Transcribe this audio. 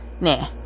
nah